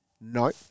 No